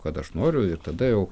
kad aš noriu ir tada jau